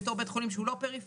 בתור בית חולים שהוא לא פריפרי,